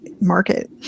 market